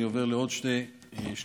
אני עובר לעוד שני תיקונים: